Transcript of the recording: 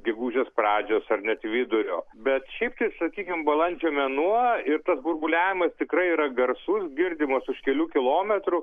gegužės pradžios ar net vidurio bet šiaip tai sakykim balandžio mėnuo ir tas burbuliavimas tikrai yra garsus girdimas už kelių kilometrų